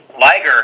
Liger